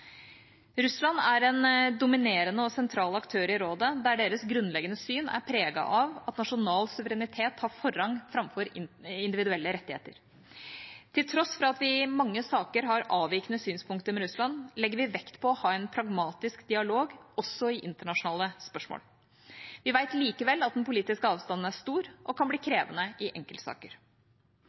Russland er en dominerende og sentral aktør i rådet, der deres grunnleggende syn er preget av at nasjonal suverenitet har forrang framfor individuelle rettigheter. Til tross for at vi i mange saker har avvikende synspunkter med Russland, legger vi vekt på å ha en pragmatisk dialog også i internasjonale spørsmål. Vi vet likevel at den politiske avstanden er stor og kan bli krevende i enkeltsaker.